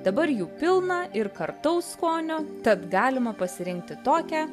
dabar jų pilna ir kartaus skonio tad galima pasirinkti tokią